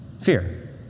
fear